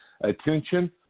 attention